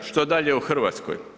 Što dalje u Hrvatskoj?